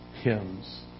hymns